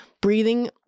breathing